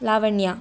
Lavanya